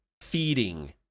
feeding